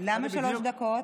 למה שלוש דקות?